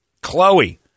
Chloe